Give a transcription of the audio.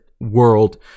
world